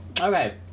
Okay